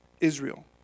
Israel